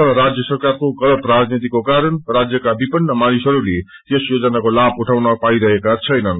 तर राज्य सकरकारको गलत राजनीतिको कारण राज्यका विपन्न मानिसहरूले यस योजनाको लाभ उइाउन पाइरहेका छेनन्